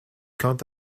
quant